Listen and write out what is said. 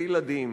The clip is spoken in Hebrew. לילדים,